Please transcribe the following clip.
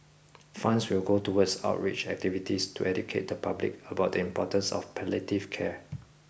funds will go towards outreach activities to educate the public about the importance of palliative care